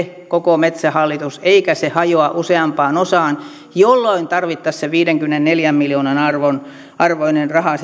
koko metsähallitus eikä se hajoa useampaan osaan jolloin tarvittaisiin sinne budjettiinkin se viidenkymmenenneljän miljoonan arvoinen raha